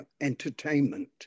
entertainment